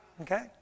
Okay